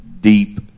deep